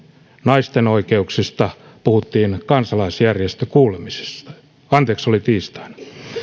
naisten oikeuksista puhuttiin kansalaisjärjestökuulemisessa